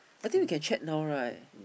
I think we can check now right